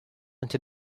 into